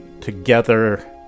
together